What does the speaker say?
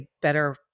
better